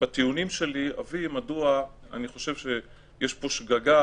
בטיעונים שלי אביא מדוע אני חושב שיש פה שגגה.